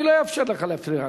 אני לא אאפשר לך להפריע לו.